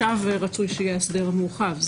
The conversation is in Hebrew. רצוי שיהיה ההסדר המורחב.